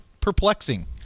perplexing